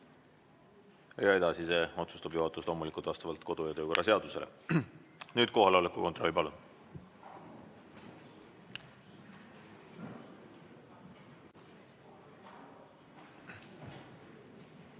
ja edasise otsustab juhatus loomulikult vastavalt kodu- ja töökorra seadusele. Nüüd kohaloleku kontroll, palun!